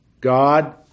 God